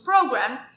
program